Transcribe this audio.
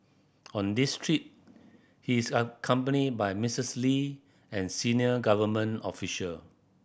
on this trip he is accompanied by Miss Lee and senior government official